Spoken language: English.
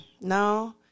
no